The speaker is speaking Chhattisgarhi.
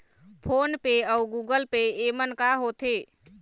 फ़ोन पे अउ गूगल पे येमन का होते?